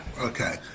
okay